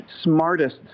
smartest